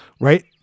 right